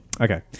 Okay